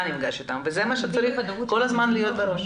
נפגש אתו וזה מה שכל הזמן צריך להיות בראש.